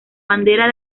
banderas